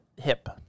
hip